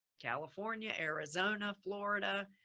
california, arizona, florida,